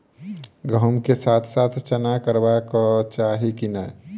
गहुम केँ साथ साथ चना करबाक चाहि की नै?